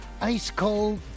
ice-cold